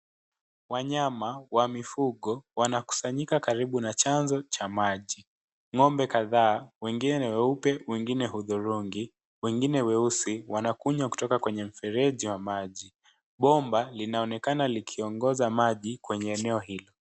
Wanyama wa mifugo wanakusanyika karibu na chanzo cha maji. Ng'ombe kadhaa , wengine weupe wengine hudhurungi , wengine weusi, wanakunywa kutoka kwenye mfereji wa maji . Bomba linaonekana likiongoza maji kwenye eneo hilo.